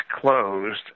closed